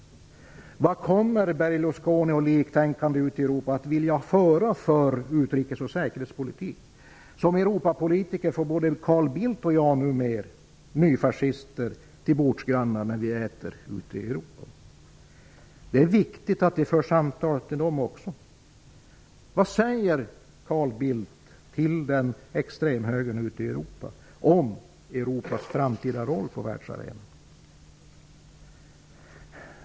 Vilken utrikes och säkerhetspolitik kommer Berlusconi och liktänkande ute i Europa att vilja föra? Som Europapolitiker får både Carl Bildt och jag numera nyfascister som bordsgrannar vid middagar ute i Europa. Det är viktigt att vi för samtal också med dem. Vad säger Carl Bildt till extremhögern i Europa om Europas framtida roll på världsarenan?